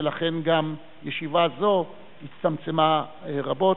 ולכן גם ישיבה זו הצטמצמה רבות,